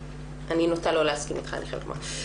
אני נוטה לא להסכים אתך, אני חייבת לומר.